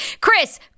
Chris